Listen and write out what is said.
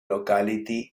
locality